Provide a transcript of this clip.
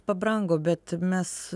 pabrango bet mes